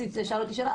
שאלו אותי שאלה,